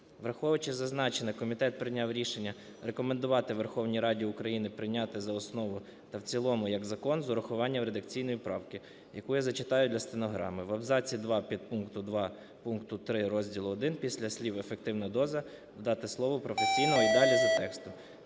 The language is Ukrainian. Враховуючи зазначене, комітет прийняв рішення рекомендувати Верховній Раді України прийняти за основу та в цілому як закон з урахуванням редакційної правки, яку я зачитаю для стенограми: "В абзаці 2 підпункту 2 пункту 3 розділу І після слів "ефективна доза" додати слово "професійної" і далі за текстом".